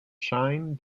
shine